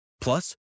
Plus